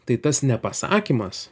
tai tas nepasakymas